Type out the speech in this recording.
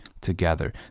together